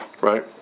right